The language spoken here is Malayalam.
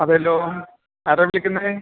അതെയല്ലോ ആരാ വിളിക്കുന്നത്